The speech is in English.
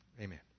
amen